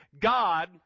God